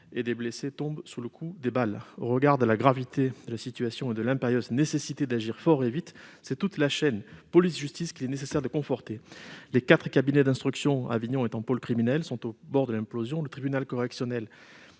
des blessés qui tombent sous le coup des balles. Au regard de la gravité de la situation et de l'impérieuse nécessité d'agir fort et vite, c'est toute la chaîne police-justice qu'il est nécessaire de conforter. Les quatre cabinets d'instruction, Avignon étant pôle criminel, sont au bord de l'implosion : le tribunal correctionnel